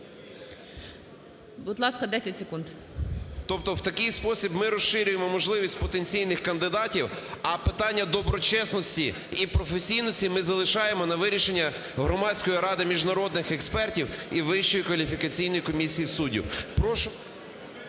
Будь ласка, 10 секунд. СИДОРОВИЧ Р.М. Тобто в такий спосіб ми розширюємо можливість потенційних кандидатів, а питання доброчесності і професійності ми залишаємо на вирішення Громадської ради міжнародних експертів і Вищої кваліфікаційної комісії суддів.